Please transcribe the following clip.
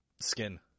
skin